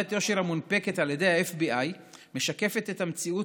תעודת יושר המונפקת על ידי ה-FBI משקפת את המציאות